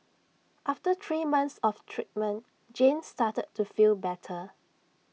after three months of treatment Jane started to feel better